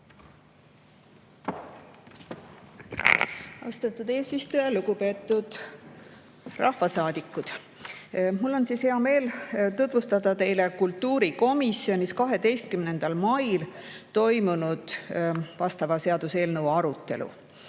Austatud eesistuja! Lugupeetud rahvasaadikud! Mul on hea meel tutvustada teile kultuurikomisjonis 12. mail toimunud vastava seaduseelnõu arutelu.